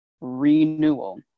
renewal